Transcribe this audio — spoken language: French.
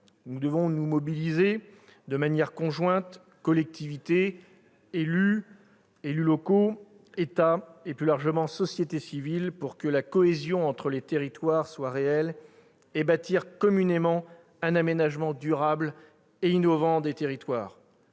Nous devons nous mobiliser de manière conjointe- collectivités, élus locaux, État, et plus largement société civile -pour que la cohésion entre les territoires soit réelle et pour bâtir en commun un aménagement durable et innovant des territoires.